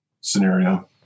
scenario